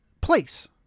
place